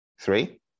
Three